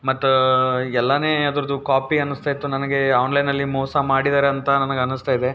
ಮತ್ತು ಎಲ್ಲಾ ಅದರದ್ದು ಕಾಪಿ ಅನ್ನಿಸ್ತಾಯಿತ್ತು ನನಗೆ ಆನ್ಲೈನಲ್ಲಿ ಮೋಸ ಮಾಡಿದ್ದಾರೆ ಅಂತ ನನಗನ್ನಿಸ್ತಾಯಿದೆ